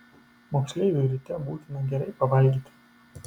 moksleiviui ryte būtina gerai pavalgyti